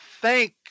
thank